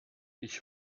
ich